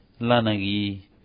Lanagi